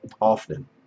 often